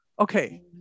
Okay